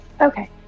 Okay